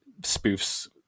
spoofs